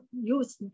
use